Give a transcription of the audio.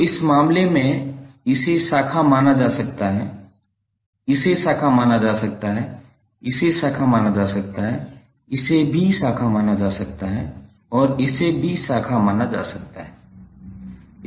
तो इस मामले में इसे शाखा माना जा सकता है इसे शाखा माना जा सकता है इसे शाखा माना जा सकता है इसे भी शाखा माना जा सकता है और इसे भी शाखा माना जा सकता है